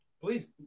please